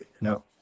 no